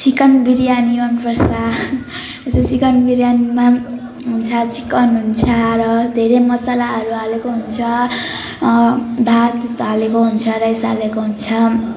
chicken biryani मन पर्छ chicken बिरीयानीमा हुन्छ चिकन हुन्छ र धेरै मसालाहरू हालेको हुन्छ भात हालेको हुन्छ राइस हालेको हुन्छ